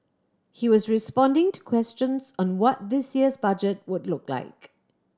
he was responding to questions on what this year's Budget would look like